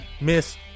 miss